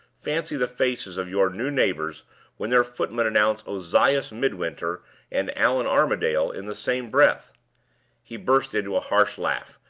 fancy the faces of your new neighbors when their footmen announce ozias midwinter and allan armadale in the same breath he burst into a harsh laugh,